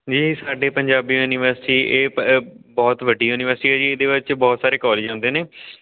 ਜੀ ਸਾਡੇ ਪੰਜਾਬੀ ਯੂਨੀਵਰਸਿਟੀ ਇਹ ਬ ਬਹੁਤ ਵੱਡੀ ਯੂਨੀਵਰਸਿਟੀ ਹੈ ਜੀ ਇਹਦੇ ਵਿੱਚ ਬਹੁਤ ਸਾਰੇ ਕੋਲਜ ਆਉਂਦੇ ਨੇ